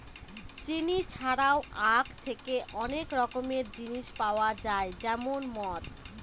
চিনি ছাড়াও আঁখ থেকে অনেক রকমের জিনিস পাওয়া যায় যেমন মদ